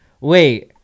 wait